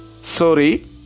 sorry